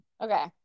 Okay